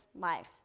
life